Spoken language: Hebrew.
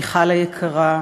מיכל היקרה,